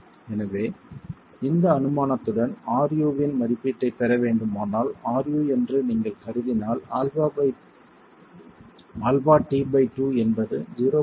எனவே இந்த அனுமானத்துடன் ru இன் மதிப்பீட்டைப் பெற வேண்டுமானால் ru என்று நீங்கள் கருதினால் αt2 என்பது 0